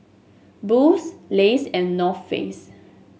Boost Lays and North Face